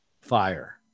fire